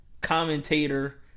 commentator